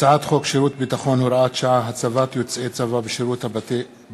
הצעת חוק שירות ביטחון (הוראת שעה) (הצבעת יוצאי צבא בשירות בתי-הסוהר)